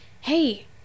hey